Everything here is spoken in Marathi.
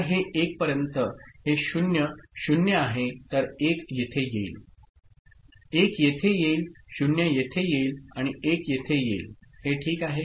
तर हे 1 पर्यंत हे 0 0 आहे तर 1 येथे येईल 1 येथे येईल 0 येथे येईल आणि 1 येथे येईल हे ठीक आहे